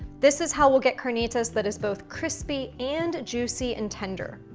this is how we'll get carnitas that is both crispy and juicy and tender.